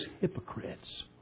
hypocrites